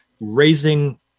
raising